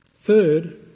Third